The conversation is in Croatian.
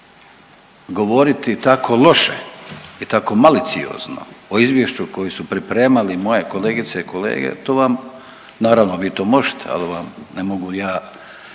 govoriti tako loše i tako maliciozno o izvješću koje su pripremali moje kolegice i kolege to vam, naravno vi to možete, ali vam ne mogu ja